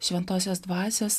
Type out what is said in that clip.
šventosios dvasios